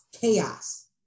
chaos